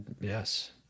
yes